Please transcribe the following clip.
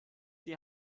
die